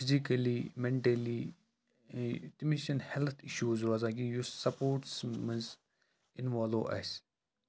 physically mentally تٔمِس چھِنہٕ health issues روزان کینٛہہ یُس سَپوٹٕس منٛز اِنوالُو آسہِ